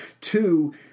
Two